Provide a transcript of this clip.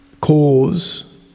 cause